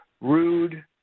rude